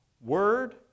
Word